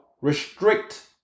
restrict